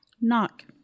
Knock